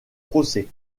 procès